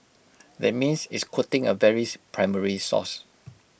that means it's quoting A very primary source